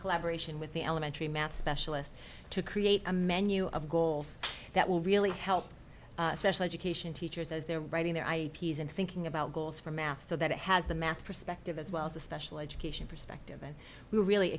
collaboration with the elementary math specialists to create a menu of goals that will really help special education teachers as they're writing their i p's and thinking about goals for math so that it has the math perspective as well as the special education perspective and we're really